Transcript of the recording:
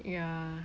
ya